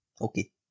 Okay